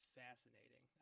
fascinating